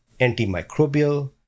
antimicrobial